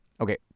Okay